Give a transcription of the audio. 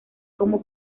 como